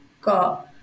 got